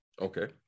Okay